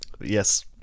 Yes